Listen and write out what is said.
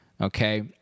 Okay